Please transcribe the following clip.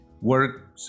work